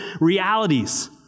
realities